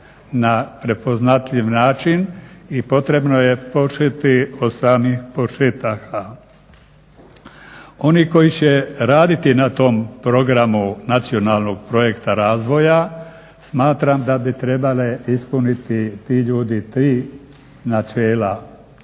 na prepoznatljiv način i potrebno je početi od samih početaka. Oni koji će raditi na tom programu nacionalnog projekta razvoja smatram da bi trebale ispuniti, ti ljudi tri načela.